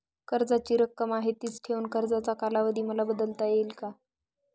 कर्जाची रक्कम आहे तिच ठेवून कर्जाचा कालावधी मला बदलता येईल का?